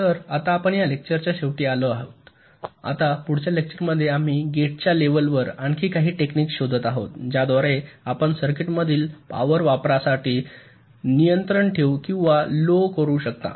तरआता आपण या लेक्चरच्या शेवटी आलो आहे आता पुढच्या लेक्चरमध्ये आम्ही गेट्सच्या लेव्हलवर आणखी काही टेक्निक्स शोधत आहोत ज्याद्वारे आपण सर्किटमधील पॉवर वापरावर नियंत्रण ठेवू किंवा लो करू शकता